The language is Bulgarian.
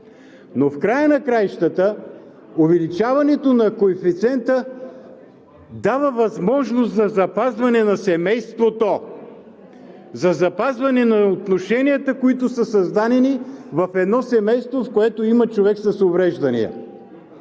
Но в края на краищата увеличаването на коефициента дава възможност за запазване на семейството, за запазване на отношенията, които са създадени в едно семейство, в което има човек с увреждания.